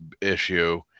issue